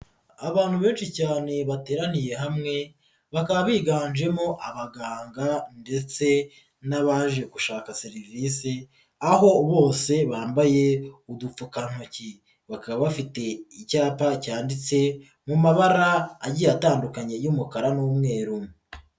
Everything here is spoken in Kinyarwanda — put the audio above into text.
Abantu benshi cyane bateraniye hamwe bakaba biganjemo abaganga ndetse n'abaje gushaka serivisi aho bose bambaye udupfukantoki, bakaba bafite icyapa cyanditse mu mabara agiye atandukanye y'umukara n'umweru.